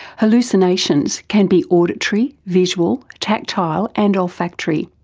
hallucinations can be auditory, visual, tactile and olfactory.